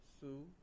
Sue